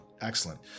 Excellent